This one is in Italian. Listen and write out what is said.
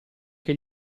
che